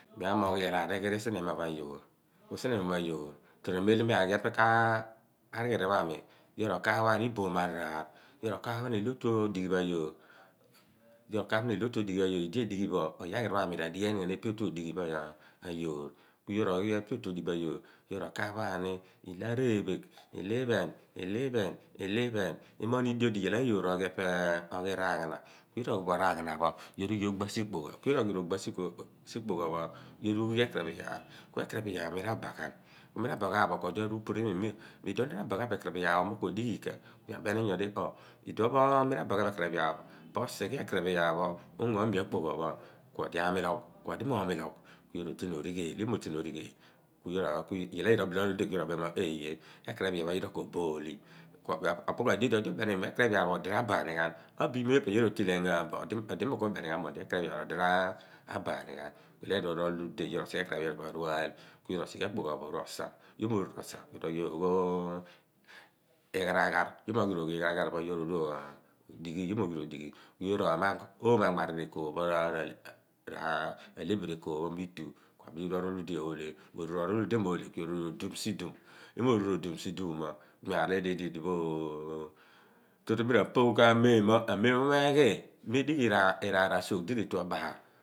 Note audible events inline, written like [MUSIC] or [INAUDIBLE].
M'amoogh iyaal a righiri sien ema pho ayoor sien ema pho ayoor ku tro amem lo miaghi epe karighiri pho ami yoor ro ka aph ghan iboom araghaaph yoor ro baaph ghan ilo otuo dighi pho ayoor [HESITATION] ilo otu odighi pho ayoor idiedighi bo oyaghiripho ami ra dighia nighan ipe otudighipho a yoor epe otudighi pho a yoor yoor ro kaaph ghan ilo arepheegh ilo iphen ilo iphen imooghni dio di iyaal ayoor o ghi ragha na ku yoor oghi bo raghaa na pho yoor ughi oophoogh asikpo ghan ku yoor oghiigh ekaraph iyaar kue karap-iyaar pho epe pho mi ra ba ghan ku mi rabaghaa bọ kuo di aru upuru imi mo iduon na rabaghaa bo ekaraph iyaar pho ko dighi ikah ku mi abeni di mo iduon mi rabaaghaa bo ekaraph iyaar pho po sieghe ungo imi akpogha pho kuo di a miloogh kuodi r'omiloogh kuyoor oru oteen origheel kuyoor roteen origheel. Kulyaal ayoor orool udeh kuobeem mo osighe eka aph-iyaar ko obooli. Eepe kua dio di odi ubeni imi mo ekaraph-iyaar modi rabaghan obo omo pho ipe yoor rotelian ghaabo odi imi kuoenighan mo okaraph-iyaar mo odi rabaghan iyaal a yoor oru orool ude yoor oru osigh ekaraph iyaal pho yoor aal yọor oru osighe akpogha pho oru osa yoor oghi oogho igharaghaar oọru odighi ku yoor oru omaagh oomo abaariir ra le biri ekool pho mo itu kuo oru ku yoor oorool ude oolhe ku yoor rooihe ku yoor oru oduum siduum ku yoor roru odum sidum mo kumi a ru arool idipho idipho oh tu tu mi ra pooghan meem mo a mem mo meeghi me dighi iraar asuugh di retue baal